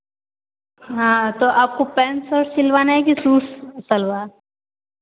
हाँ तो आपको पैन्ट शर्ट सिलवाना है कि सूट सलवार